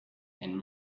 and